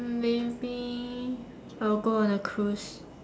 maybe I'll go on a cruise